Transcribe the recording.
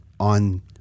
on